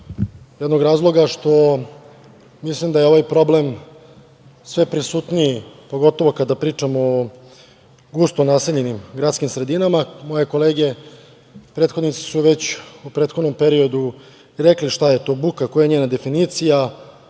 jednog razloga što mislim da je ovaj problem sve prisutniji, pogotovo kada pričamo o gusto naseljenim gradskim sredinama. Moje kolege prethodnici su već u prethodnom periodu rekle šta je to buka, koja je njena definicija,